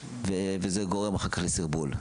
וזה גורם אחר כך לסרבול.